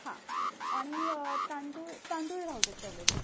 हा आणि तांदूळ तांदूळ राहू देत तेवढेच